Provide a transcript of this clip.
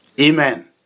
Amen